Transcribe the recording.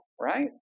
right